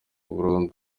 burundu